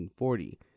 1940